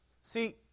See